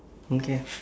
okay